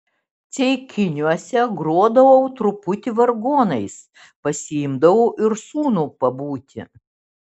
ceikiniuose grodavau truputį vargonais pasiimdavau ir sūnų pabūti